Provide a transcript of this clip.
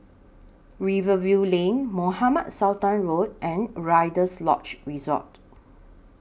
Rivervale Lane Mohamed Sultan Road and Rider's Lodge Resort